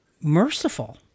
merciful